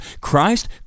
Christ